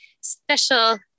special